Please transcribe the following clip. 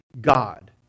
God